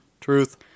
truth